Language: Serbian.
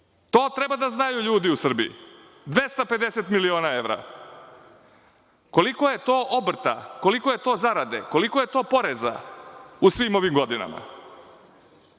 To treba da znaju ljudi u Srbiji. Dakle, 250 miliona evra, koliko je to obrta, koliko je to zarade, koliko je to poreza u svim ovim godinama,